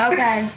Okay